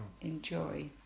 enjoy